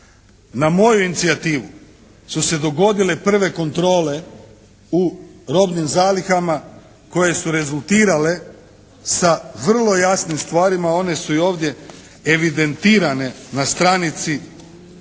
Na moju inicijativu su se dogodile prve kontrole u robnim zalihama koje su rezultirale sa vrlo jasnim stvarima. One su i ovdje evidentirane na stranici